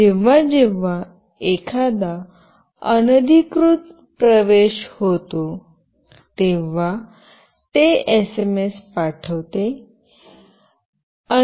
जेव्हा जेव्हा एखादा अनधिकृत प्रवेश होतो तेव्हा ते एसएमएस पाठवते